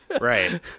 Right